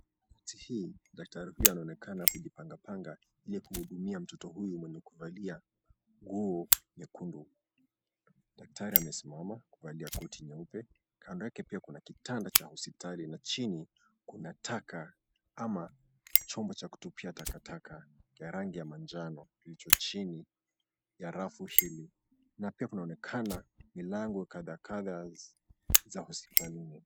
Zahanati hii daktari huyu anaonekana kujipangapanga ili kuhudumia mtoto huyu mwenye kuvalia nguo nyekundu. Daktari amesimama kuvalia koti nyeupe. Kando yake pia kuna kitanda cha hospitali na chini kuna taka ama chombo cha kutupia takataka ya rangi ya manjano kilicho chini ya rafu hili. Na pia kunaonekana milango kadha kadha za hospitalini.